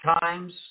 times